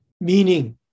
Meaning